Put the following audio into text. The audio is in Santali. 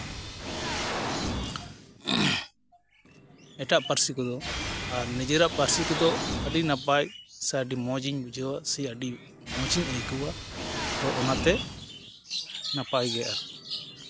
ᱮᱴᱟᱜ ᱯᱟᱹᱨᱥᱤ ᱠᱚᱫᱚ ᱟᱨ ᱱᱤᱡᱮᱨᱟᱜ ᱯᱟᱹᱨᱥᱤ ᱛᱮᱫᱚ ᱟᱹᱰᱤ ᱱᱟᱯᱟᱭ ᱥᱮ ᱟᱹᱰᱤ ᱢᱚᱡᱽ ᱤᱧ ᱵᱩᱡᱷᱟᱹᱣᱟ ᱥᱮ ᱟᱹᱰᱤ ᱢᱚᱡᱽ ᱤᱧ ᱟᱹᱭᱠᱟᱹᱣᱟ ᱛᱚ ᱚᱱᱟᱛᱮ ᱱᱟᱯᱟᱭ ᱜᱮ ᱟᱨᱠᱤ